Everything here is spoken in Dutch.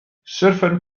surfen